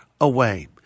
away